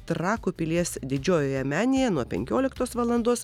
trakų pilies didžiojoje menėje nuo penkioliktos valandos